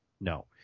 no